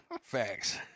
facts